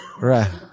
Right